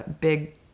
big